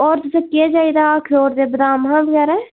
होर तुसें केह् चाहिदा हा अखरोट ते बदाम हा बगैरे